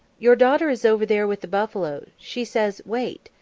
your daughter is over there with the buffalo. she says wait,